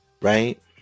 right